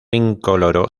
incoloro